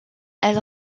elle